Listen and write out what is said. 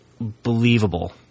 believable